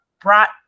brought